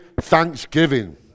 thanksgiving